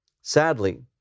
Sadly